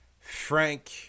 Frank